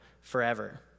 forever